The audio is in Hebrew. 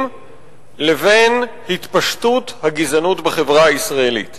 לבין התפשטות הגזענות בחברה הישראלית.